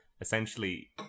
essentially